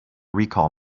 recall